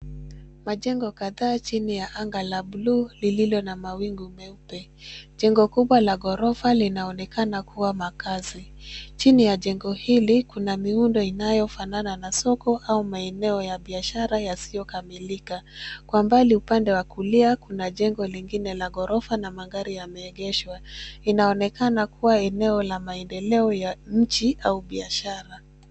Majengo kadhaa chini ya anga la buluu lililo na mawingu meupe. Jengo kubwa la ghorofa linaonekana kuwa makazi. Chini ya jengo hili kuna miundo inayofanana na soko au maeneo ya biashara yasiyokamilika. Kwa mbali upande wa kulia kuna jengo lingine la ghorofa na magari yameegeshwa. Inaonekana kuwa eneo la maendeleo ya nchi au biashara.